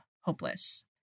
hopeless